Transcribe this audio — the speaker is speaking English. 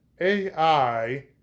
AI